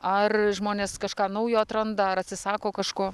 ar žmonės kažką naujo atranda ar atsisako kažko